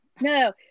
No